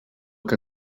que